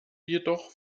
jedoch